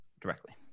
directly